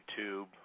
YouTube